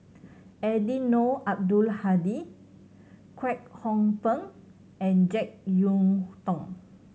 Eddino Abdul Hadi Kwek Hong Png and Jek Yeun Thong